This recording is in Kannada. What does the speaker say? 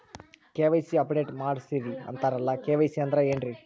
ಕೆ.ವೈ.ಸಿ ಅಪಡೇಟ ಮಾಡಸ್ರೀ ಅಂತರಲ್ಲ ಕೆ.ವೈ.ಸಿ ಅಂದ್ರ ಏನ್ರೀ?